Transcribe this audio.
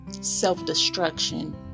self-destruction